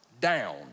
down